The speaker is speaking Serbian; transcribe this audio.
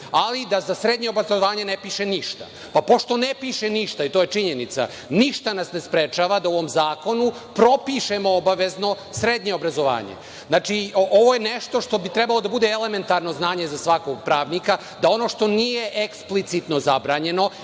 ali za srednje obrazovanje ne piše ništa. Pošto ne piše ništa i to je činjenica, ništa nas ne sprečava da u ovom zakonu propišemo obavezno srednje obrazovanje. Znači, ovo je nešto što bi trebalo da bude elementarno znanje za svakog pravnika, da ono što nije eksplicitno zabranjeno